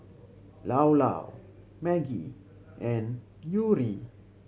Llao Llao Maggi and Yuri